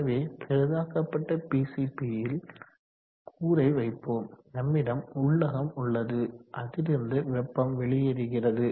எனவே பெரிதாக்கப்பட்ட பிசிபி ல் கூறை வைப்போம் நம்மிடம் உள்ளகம் உள்ளது அதிலிருந்து வெப்பம் வெளியேறுகிறது